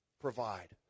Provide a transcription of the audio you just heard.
provide